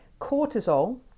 cortisol